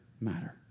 matter